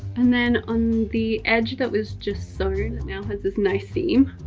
and then on the edge of that was just sewn and now has this nice seam.